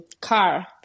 car